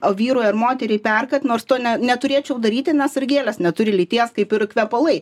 o vyrui ar moteriai perkat nors to ne neturėčiau daryti nes ir gėlės neturi lyties kaip ir kvepalai